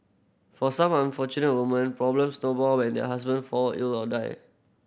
for some unfortunate women problems snowball when their husband fall ill or die